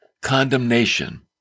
condemnation